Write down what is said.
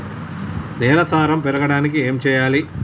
నేల సారం పెరగడానికి ఏం చేయాలి?